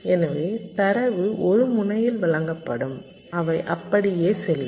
எனவே தரவு ஒரு முனையில் வழங்கப்படும் அவை இப்படியே செல்லும்